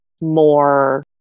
more